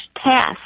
task